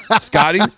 Scotty